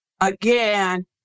again